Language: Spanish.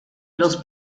los